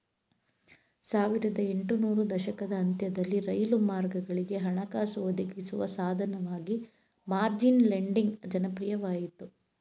ಸಾವಿರದ ಎಂಟು ನೂರು ದಶಕದ ಅಂತ್ಯದಲ್ಲಿ ರೈಲು ಮಾರ್ಗಗಳಿಗೆ ಹಣಕಾಸು ಒದಗಿಸುವ ಸಾಧನವಾಗಿ ಮಾರ್ಜಿನ್ ಲೆಂಡಿಂಗ್ ಜನಪ್ರಿಯವಾಯಿತು